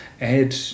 Ed